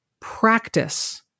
practice